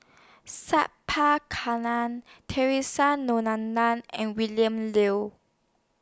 Sat Pal Kalam Theresa and William Liu